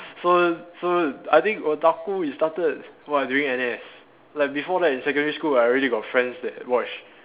so so I think otaku is started while I doing N_S like before that in secondary school I already got friends that watch